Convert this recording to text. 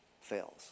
fails